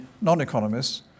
non-economists